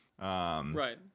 Right